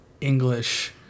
English